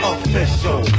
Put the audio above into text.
Official